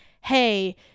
hey